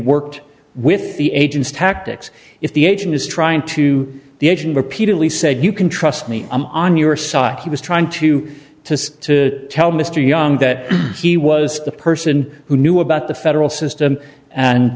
worked with the agents tactics if the agent is trying to the agent repeatedly said you can trust me i'm on your side he was trying to you to to tell mr young that he was the person who knew about the federal system and